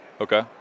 Okay